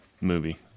movie